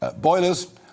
boilers